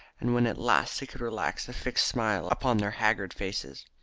and when at last they could relax the fixed smile upon their haggard faces.